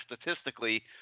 statistically